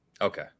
okay